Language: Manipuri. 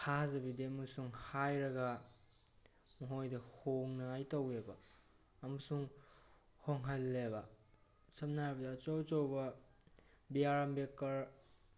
ꯊꯥꯖꯕꯤꯗꯦ ꯑꯃꯁꯨꯡ ꯍꯥꯏꯔꯒ ꯃꯈꯣꯏꯗ ꯍꯣꯡꯅꯉꯥꯏ ꯇꯧꯑꯦꯕ ꯑꯃꯁꯨꯡ ꯍꯣꯡꯍꯜꯂꯦꯕ ꯁꯝꯅ ꯍꯥꯏꯔꯕꯗ ꯑꯆꯧ ꯑꯆꯧꯕ ꯕꯤ ꯑꯥꯔ ꯑꯝꯕꯦꯠꯀꯔ